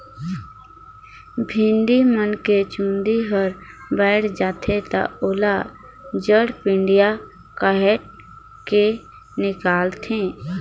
भेड़ी मन के चूंदी हर बायड जाथे त ओला जड़पेडिया कायट के निकालथे